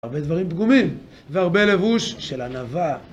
הרבה דברים פגומים והרבה לבוש של ענווה